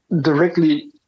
directly